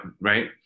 right